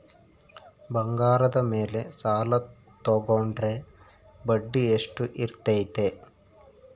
ಬಂಗಾರದ ಮೇಲೆ ಸಾಲ ತೋಗೊಂಡ್ರೆ ಬಡ್ಡಿ ಎಷ್ಟು ಇರ್ತೈತೆ?